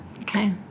okay